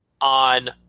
on